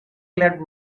lead